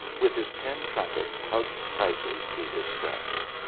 with his tin trumpet hugged tightly to his breast.